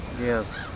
Yes